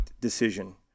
decision